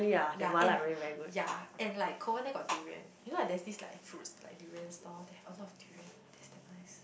ya and ya and like Kovan there got durian you know there's this like fruits like durian stall they have a lot of durian that's damn nice